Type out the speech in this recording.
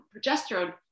progesterone